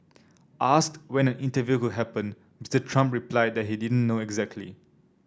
asked when an interview could happened Mister Trump replied that he didn't know exactly